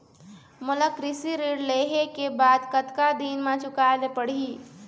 मोला कृषि ऋण लेहे के बाद कतका दिन मा चुकाए ले पड़ही?